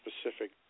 specific